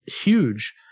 huge